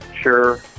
sure